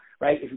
right